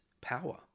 power